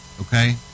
okay